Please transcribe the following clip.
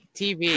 TV